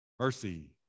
Mercy